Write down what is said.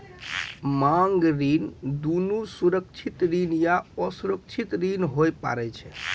मांग ऋण दुनू सुरक्षित ऋण या असुरक्षित ऋण होय पारै छै